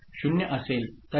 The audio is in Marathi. तर हे 0 असेल